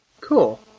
Cool